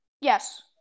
Yes